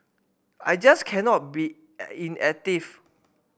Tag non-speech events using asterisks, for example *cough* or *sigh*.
I just cannot be *hesitation* inactive